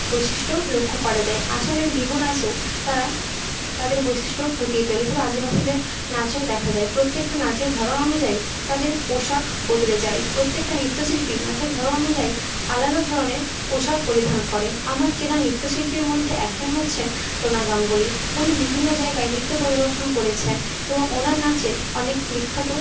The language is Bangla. বৈশিষ্ট্য লক্ষ্য করা যায় আসামের বিহু নাচেও তারা তাদের বৈশিষ্ট্য ফুটিয়ে তোলে সেটা আদিবাসীদের নাচও দেখা যায় প্রত্যেকটা নাচের ধরন অনুযায়ী তাদের পোশাক বদলে যায় প্রত্যেকটা নৃত্যশিল্পী নাচের ধরন অনুযায়ী আলাদা ধরনের পোশাক পরিধান করে আমার চেনা নৃত্যশিল্পীর মধ্যে একজন হচ্ছেন ডোনা গাঙ্গুলি উনি বিভিন্ন জায়গায় নৃত্য পরিদর্শন করেছেন এবং ওনার নাচের অনেক বিখ্যাত